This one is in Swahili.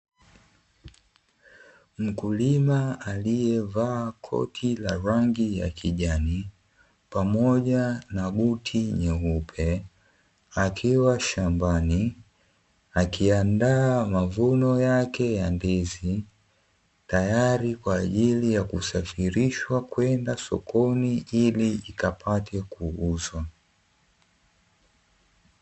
Mkulima aliye vaa koti la rangi ya kijani pamoja na buti nyeupe akiwa shambani akiandaa mavuno yake ya ndizi tayari kwajili ya kusafirishwa kwenda sokoni ili ikapate kuuzwa.